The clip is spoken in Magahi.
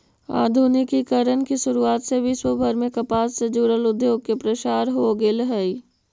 आधुनिकीकरण के शुरुआत से विश्वभर में कपास से जुड़ल उद्योग के प्रसार हो गेल हई